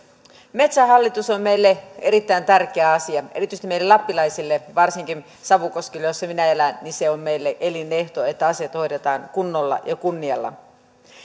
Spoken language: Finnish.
metsähallitus on meille erittäin tärkeä asia erityisesti meille lappilaisille varsinkin savukoskella missä minä elän meille on elinehto että asiat hoidetaan kunnolla ja kunnialla